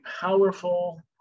powerful